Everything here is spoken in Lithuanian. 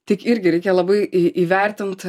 tik irgi reikia labai į įvertint